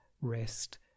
rest